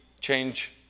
change